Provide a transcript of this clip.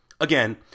Again